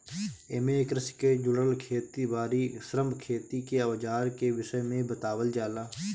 एमे कृषि के जुड़ल खेत बारी, श्रम, खेती के अवजार के विषय में बतावल जाला